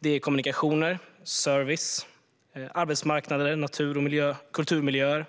Dessa är: kommunikationer, service, arbetsmarknader, natur och kulturmiljöer,